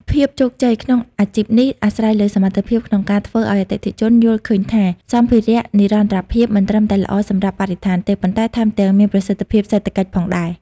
ភាពជោគជ័យក្នុងអាជីពនេះអាស្រ័យលើសមត្ថភាពក្នុងការធ្វើឱ្យអតិថិជនយល់ឃើញថា សម្ភារៈនិរន្តរភាពមិនត្រឹមតែល្អសម្រាប់បរិស្ថានទេ ប៉ុន្តែថែមទាំងមានប្រសិទ្ធភាពសេដ្ឋកិច្ចផងដែរ។